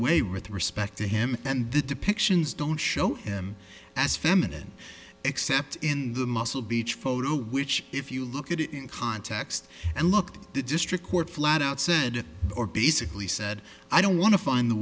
way with respect to him and the depictions don't show him as feminine except in the muscle beach photo which if you look at it in context and look at the district court flat out said or basically said i don't want to find the